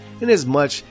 Inasmuch